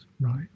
right